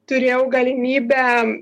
turėjau galimybę